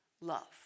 love